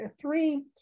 three